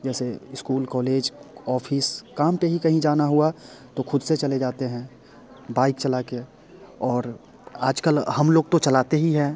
जैसे school college office काम पर ही कहीं जाना हुआ तो ख़ुद से चले जाते हैं बाइक चला कर और आज कल हम लोग तो चलाते ही हैं